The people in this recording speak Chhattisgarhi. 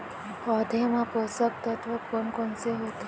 पौधे मा पोसक तत्व कोन कोन से होथे?